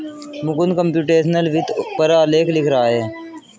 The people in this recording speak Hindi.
मुकुंद कम्प्यूटेशनल वित्त पर आलेख लिख रहा है